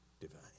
divine